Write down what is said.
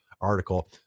article